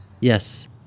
Yes